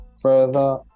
Further